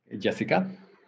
Jessica